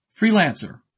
Freelancer